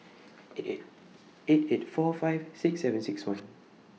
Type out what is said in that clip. eight eight four five six seven six one